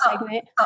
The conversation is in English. segment